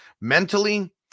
mentally –